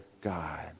God